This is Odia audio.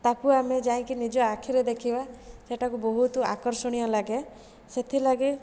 ତାକୁ ଆମେ ଯାଇକି ନିଜ ଆଖିରେ ଦେଖିବା ସେଠାକୁ ବହୁତ ଆକର୍ଷଣୀୟ ଲାଗେ ସେଥିଲାଗି